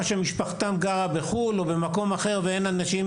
או שמשפחתם גרה בחו״ל או במקום אחר ואין כאן אנשים